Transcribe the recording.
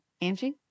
Angie